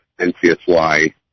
NCSY